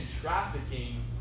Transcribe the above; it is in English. trafficking